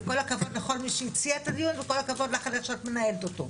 וכל הכבוד לכל מי שהציע את הדיון וכל הכבוד לך על איך שאת מנהלת אותו,